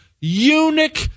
eunuch